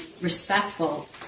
respectful